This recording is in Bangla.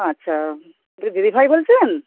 আচ্ছা কে দিদিভাই বলছেন